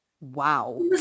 Wow